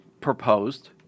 proposed